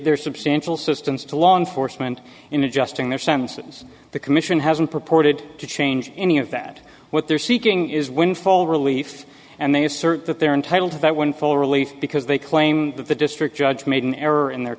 there's substantial systems to law enforcement in adjusting their sentences the commission hasn't purported to change any of that what they're seeking is windfall relief and they assert that they're entitled to that one full relief because they claim that the district judge made an error in their